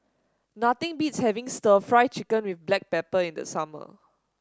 nothing beats having stir Fry Chicken with Black Pepper in the summer